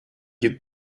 you